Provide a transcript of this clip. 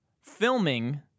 filming